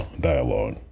dialogue